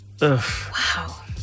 Wow